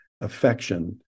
affection